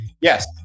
Yes